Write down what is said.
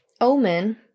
Omen